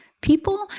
people